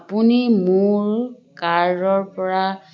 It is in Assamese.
আপুনি মোৰ কাৰ্টৰপৰা